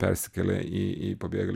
persikėlė į į pabėgėlių